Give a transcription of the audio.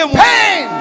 pain